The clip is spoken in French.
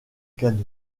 canaux